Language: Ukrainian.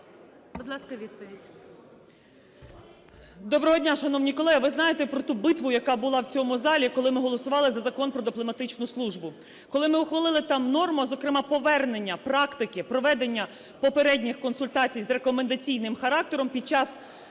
Доброго дня, шановні колеги! Ви знаєте про ту битву, яка була в цьому залі, коли ми голосували за Закон "Про дипломатичну службу", коли ми ухвалили там норму, зокрема, повернення практики проведення попередніх консультацій з рекомендаційним характером під час